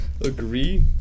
Agree